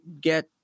get